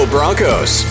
Broncos